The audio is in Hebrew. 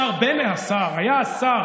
השר בנט, השר, היה שר,